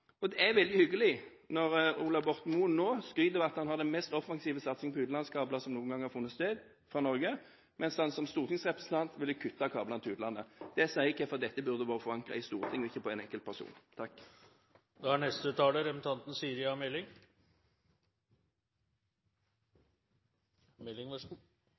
hatt. Det er veldig hyggelig når statsråd Ola Borten Moe nå skryter av at han har den mest offensive satsingen på utenlandskabler som noen gang har funnet sted fra Norge, mens han som stortingsrepresentant ville kutte kablene til utlandet. Det sier hvorfor dette burde vært forankret i Stortinget og ikke hos en enkelt person. For å fortsette der representanten Solvik-Olsen slapp: Det vil si at statsråden da har hatt en god